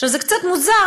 זה קצת מוזר,